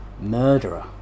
murderer